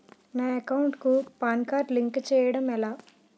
నా అకౌంట్ కు PAN card link చేయడం ఎలా?